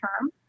term